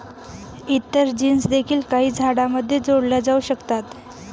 इतर जीन्स देखील काही झाडांमध्ये जोडल्या जाऊ शकतात